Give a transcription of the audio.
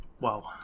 wow